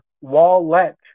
wallet